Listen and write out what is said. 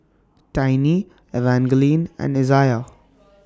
Tiny Evangeline and Izayah